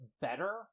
better